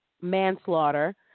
manslaughter